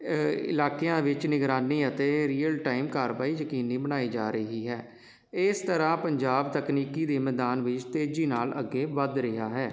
ਇਲਾਕਿਆਂ ਵਿੱਚ ਨਿਗਰਾਨੀ ਅਤੇ ਰੀਅਲ ਟਾਈਮ ਕਾਰਵਾਈ ਯਕੀਨੀ ਬਣਾਈ ਜਾ ਰਹੀ ਹੈ ਇਸ ਤਰ੍ਹਾਂ ਪੰਜਾਬ ਤਕਨੀਕੀ ਦੇ ਮੈਦਾਨ ਵਿੱਚ ਤੇਜ਼ੀ ਨਾਲ ਅੱਗੇ ਵੱਧ ਰਿਹਾ ਹੈ